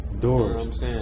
doors